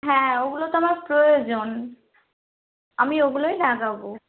হ্যাঁ ওগুলো তো আমার প্রয়োজন আমি ওগুলোই লাগাব